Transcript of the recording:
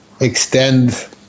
extend